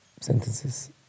sentences